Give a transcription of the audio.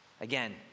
Again